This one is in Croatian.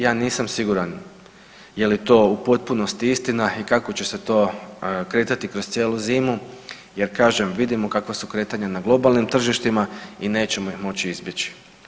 Ja nisam siguran je li to u potpunosti istina i kako će se to kretati kroz cijelu zimu, jer kažem vidimo kakva su kretanja na globalnim tržištima i nećemo ih moći izbjeći.